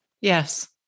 Yes